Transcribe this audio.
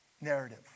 narrative